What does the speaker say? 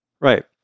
Right